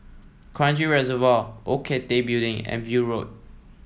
Kranji Reservoir Old Cathay Building and View Road